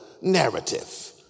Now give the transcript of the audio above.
narrative